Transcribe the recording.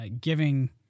giving